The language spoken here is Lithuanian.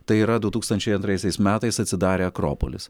tai yra du tūkstančiai antraisiais metais atsidarė akropolis